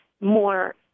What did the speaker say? more